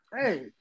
hey